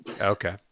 Okay